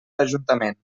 ajuntament